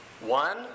One